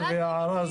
המקומי.